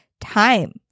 time